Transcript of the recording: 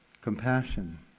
compassion